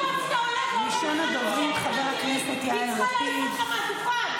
ראשון הדוברים, חבר הכנסת יאיר לפיד.